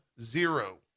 zero